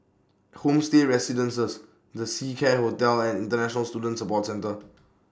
Homestay Residences The Seacare Hotel and International Student Support Centre